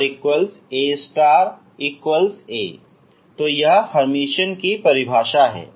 इसलिए यह हर्मिटियन की परिभाषा है